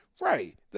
right